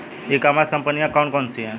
ई commerce कंपनियाँ कौन कौन सी हैं?